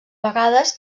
vegades